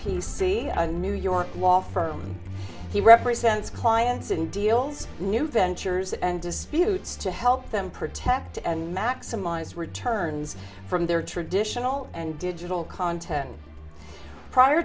c new york law firm he represents clients in deals new ventures and disputes to help them protect and maximize returns from their traditional and digital content prior